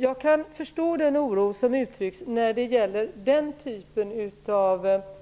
Jag kan förstå den oro som uttrycks när det gäller